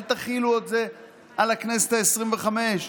אל תחילו את זה על הכנסת העשרים-וחמש.